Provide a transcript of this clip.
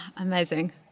Amazing